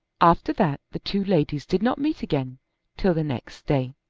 after that the two ladies did not meet again till the next day.